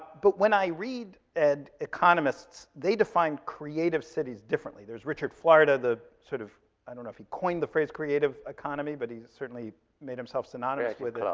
but when i read, ed, economists, they define creative cities differently. there's richard florida, sort of i don't know if he coined the phrase creative economy, but he certainly made himself synonymous with it.